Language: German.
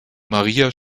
maria